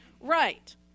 right